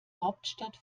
hauptstadt